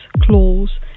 claws